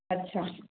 अच्छा